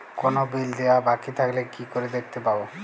কোনো বিল দেওয়া বাকী থাকলে কি করে দেখতে পাবো?